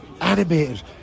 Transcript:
animated